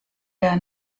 der